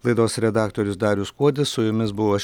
laidos redaktorius darius kuodis su jumis buvau aš